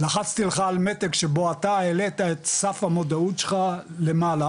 לחצתי לך על מתג שבו אתה העלתה את סף המודעות שלך למעלה,